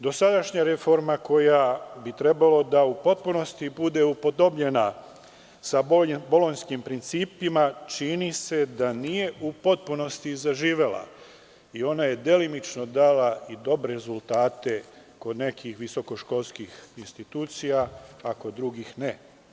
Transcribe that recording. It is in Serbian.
Dosadašnja reforma koja bi trebalo da u potpunosti bude upodobljena sa Bolonjskim principima čini se da nije u potpunosti zaživela i ona je delimično dala dobre rezultate kod nekih visokoškolskih institucija, a kod drugih ne.